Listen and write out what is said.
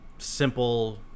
Simple